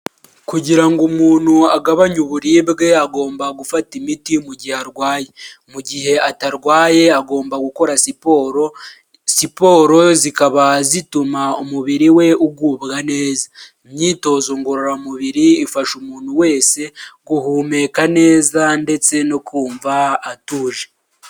Kugira ngo umuntu agabanye uburibwe agomba gufata imiti mu gihe arwaye, mu gihe atarwaye agomba gukora siporo. Siporo zikaba zituma umubiri we ugubwa neza, imyitozo ngororamubiri ifasha umuntu wese guhumeka neza ndetse no kumva atuje.